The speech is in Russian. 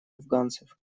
афганцев